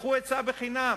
קחו עצה חינם,